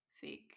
thick